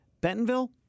Bentonville